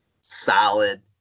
solid